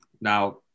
Now